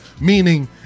Meaning